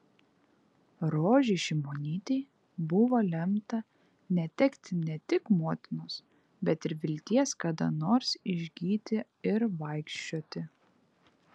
rožei šimonytei buvo lemta netekti ne tik motinos bet ir vilties kada nors išgyti ir vaikščioti